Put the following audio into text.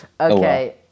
Okay